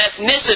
ethnicity